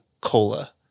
cola